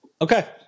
Okay